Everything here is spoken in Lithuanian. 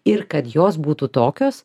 ir kad jos būtų tokios